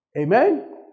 Amen